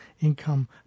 income